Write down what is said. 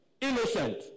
innocent